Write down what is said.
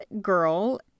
girl